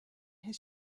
his